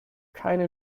keine